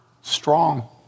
strong